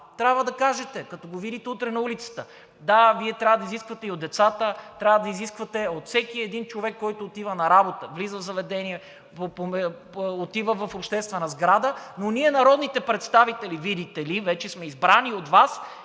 трябва да кажете, когато го видите утре на улицата – да, Вие трябва да изисквате и от децата, трябва да изисквате от всеки един човек, който отива на работа, влиза в заведение, отива в обществена сграда, но ние, народните представители, видите ли, вече сме избрани от Вас